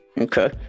okay